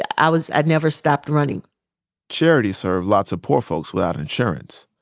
i was i never stopped running charity served lots of poor folks without insurance.